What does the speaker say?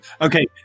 okay